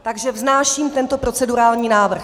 Takže vznáším tento procedurální návrh.